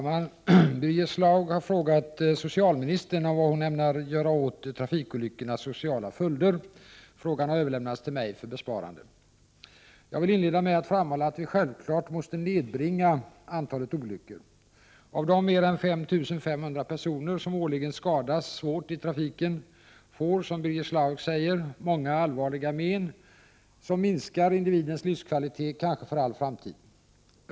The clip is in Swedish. Herr talman! Birger Schlaug har frågat socialministern om vad hon ämnar göra åt trafikolyckornas sociala följder. Frågan har överlämnats till mig för besvarande. Jag vill inleda med att framhålla att vi självklart måste nedbringa antalet olyckor. Av de mer än 5 500 personer som årligen skadas svårt i trafiken får — som Birger Schlaug säger — många allvarliga men, som minskar individens livskvalitet kanske för all framtid.